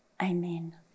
Amen